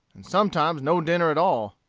and sometimes no dinner at all.